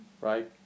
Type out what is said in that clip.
right